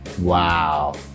Wow